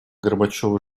горбачёву